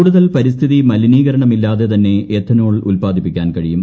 കൂടുതൽ പരിസ്ഥിതി മലിനീകരണമില്ലാതെ തന്നെ എഥനോൾ ഉൽപാദിപ്പിക്കാൻ കഴിയും